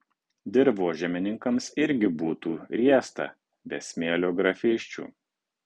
dirvožemininkams irgi būtų riesta be smėlio grafysčių